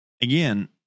again